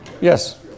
Yes